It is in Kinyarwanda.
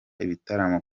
ibitaramo